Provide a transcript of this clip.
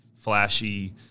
flashy